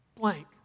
blank